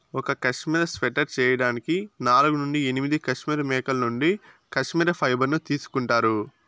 ఒక cashmere sweater చేయడానికి నాలుగు నుండి ఎనిమిది కష్మెరె మేకల నుండి కష్మెరె ఫైబర్ ను తీసుకుంటారు